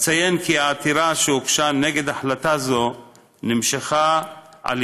אציין כי העתירה שהוגשה נגד החלטה זו נמשכה על